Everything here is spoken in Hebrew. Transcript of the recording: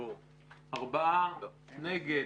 מי נגד?